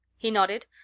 he nodded,